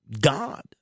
God